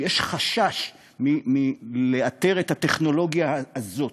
שיש חשש מלאתר את הטכנולוגיה הזאת.